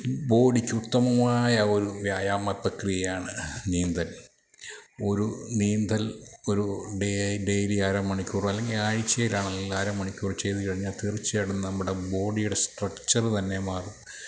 ബോഡിക്കുത്തമമായ ഒരു വ്യായാമ പ്രക്രിയയാണ് നീന്തൽ ഒരു നീന്തൽ ഒരു ഡേ ഡെയിലി അര മണിക്കൂർ അല്ലെങ്കിൽ ആഴ്ചയിൽ ആണെങ്കിൽ രാവിലെ അരമണിക്കൂർ ചെയ്തു കഴിഞ്ഞാൽ തീർച്ചയായിട്ടും നമ്മുടെ ബോഡിയുടെ സ്ട്രക്ചറു തന്നെ മാറും